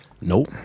Nope